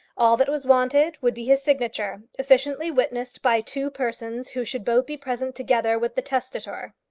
all that was wanted would be his signature, efficiently witnessed by two persons who should both be present together with the testator.